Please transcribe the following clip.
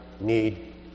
need